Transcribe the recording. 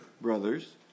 brothers